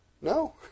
No